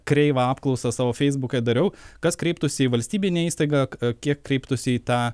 kreivą apklausą savo feisbuke dariau kas kreiptųsi į valstybinę įstaigą kiek kreiptųsi į tą